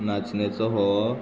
नाचण्याचो फोव